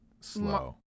Slow